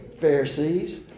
Pharisees